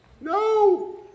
No